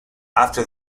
after